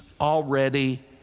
already